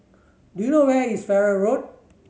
do you know where is Farrer Road